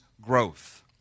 growth